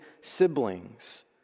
siblings